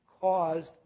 caused